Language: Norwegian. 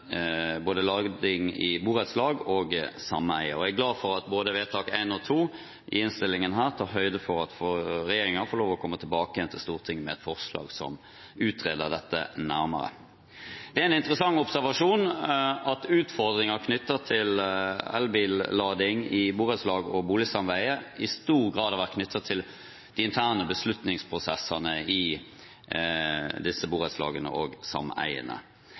i borettslag og i sameier. Jeg er glad for at både vedtak I og vedtak II i innstillingen tar høyde for at regjeringen får komme tilbake til Stortinget med et forslag som utreder dette nærmere. Det er en interessant observasjon at utfordringene knyttet til elbillading i borettslag og boligsameier i stor grad har gått på de interne beslutningsprosessene i disse borettslagene og